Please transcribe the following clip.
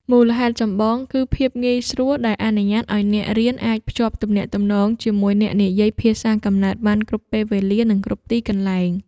មូលហេតុចម្បងគឺភាពងាយស្រួល ដែលអនុញ្ញាតឱ្យអ្នករៀនអាចភ្ជាប់ទំនាក់ទំនងជាមួយអ្នកនិយាយភាសាកំណើតបានគ្រប់ពេលវេលា និងគ្រប់ទីកន្លែង។